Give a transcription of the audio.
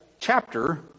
chapter